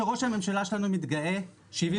שראש הממשלה שלנו מתגאה בה,